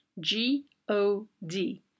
G-O-D